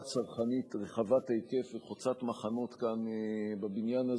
צרכנית רחבת היקף וחוצת מחנות כאן בבניין הזה,